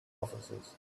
officers